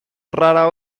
rara